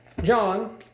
John